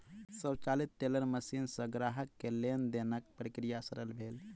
स्वचालित teller machine सॅ ग्राहक के लेन देनक प्रक्रिया सरल भेल